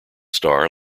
star